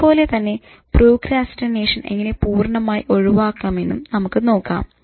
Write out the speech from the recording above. അതുപോലെ തന്നെ പ്രോക്രാസ്റ്റിനേഷൻ എങ്ങനെ പൂർണമായി ഒഴിവാക്കാമെന്നും നമുക്ക് നോക്കാം